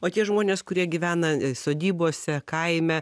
o tie žmonės kurie gyvena sodybose kaime